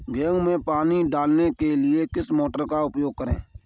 गेहूँ में पानी डालने के लिए किस मोटर का उपयोग करें?